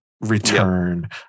return